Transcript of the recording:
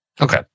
Okay